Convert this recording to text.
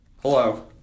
Hello